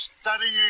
Studying